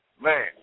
Man